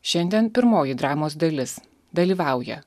šiandien pirmoji dramos dalis dalyvauja